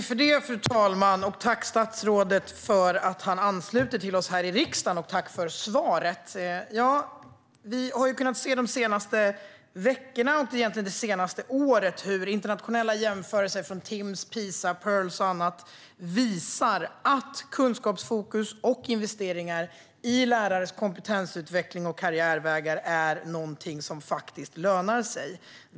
Fru talman! Tack, statsrådet, för att han ansluter till oss i riksdagen, och tack för svaret. Vi har sett de senaste veckorna, och egentligen det senaste året, hur internationella jämförelser från Timss, PISA, Pirls och så vidare visar att kunskapsfokus och investeringar i lärares kompetensutveckling och karriärvägar lönar sig.